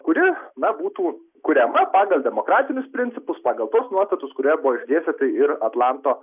kuri na būtų kuriama pagal demokratinius principus pagal tuos nuostatus kurie buvo išdėstyti ir atlanto